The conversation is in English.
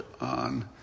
on